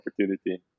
opportunity